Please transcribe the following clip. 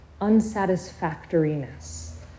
unsatisfactoriness